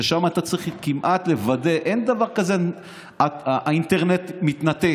ששם אתה כמעט צריך לוודא שאין דבר כזה שהאינטרנט מתנתק,